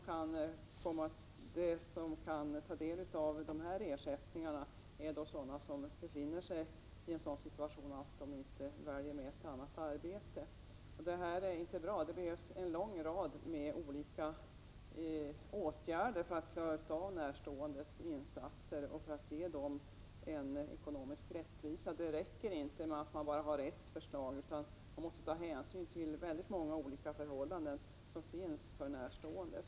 De som kan ta del av dessa ersättningar är sådana som kan välja att inte ha något annat arbete. Detta är inte bra. Det behövs en lång rad av olika åtgärder för att klara de närståendes insatser och för att ge dem en ekonomisk rättvisa. Det räcker inte med att bara ha ett förslag, utan man måste ta hänsyn till de väldigt många olika förhållanden som gäller för närstående.